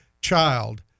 child